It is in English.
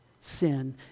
sin